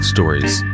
Stories